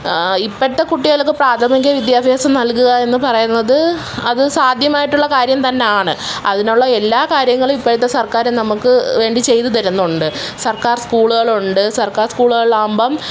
ഇപ്പോഴത്തെ കുട്ടികൾക്ക് പ്രാഥമിക വിദ്യാഭ്യാസം നൽകുക എന്ന് പറയുന്നത് അത് സാധ്യമായിട്ടുള്ള കാര്യം തന്നെയാണ് അതിനുള്ള എല്ലാ കാര്യങ്ങളും ഇപ്പോഴത്തെ സർക്കാര് നമുക്ക് വേണ്ടി ചെയ്തുതരുന്നുണ്ട് സർക്കാർ സ്കൂളുകളുണ്ട് സർക്കാർ സ്കൂളുകളിലാകുമ്പോള്